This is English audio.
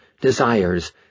desires